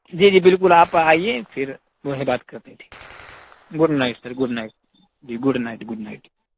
جی جی بالکل آپ آئیے پھر وہیں بات کرتے ہیں ٹھیک good night sir good night جی گڈ نائٹ گڈ نائٹ